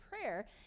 prayer